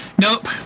nope